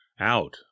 out